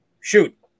Shoot